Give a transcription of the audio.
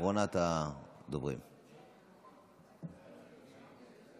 אחרונת הדוברים בעצם,